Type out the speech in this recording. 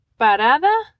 parada